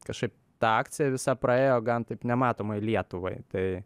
kažkaip ta akcija visa praėjo gan taip nematomai lietuvai tai